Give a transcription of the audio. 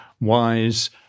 wise